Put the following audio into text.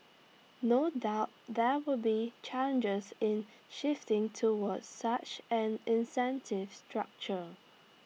no doubt there will be challenges in shifting towards such an incentive structure